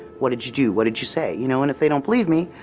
what did you do? what did you say? you know? and if they don't believe me,